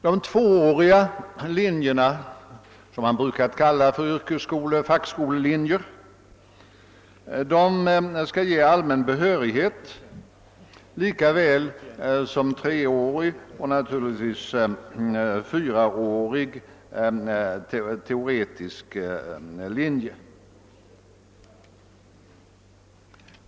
De tvååriga linjer som man brukar kalla yrkesskoleoch fackskolelinjer skall ge allmän behörighet lika väl som treårig och, naturligtvis, fyraårig teoretisk linje.